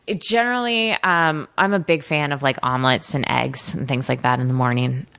ah generally, i'm i'm a big fan of like omelets, and eggs, and things like that in the morning.